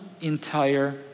entire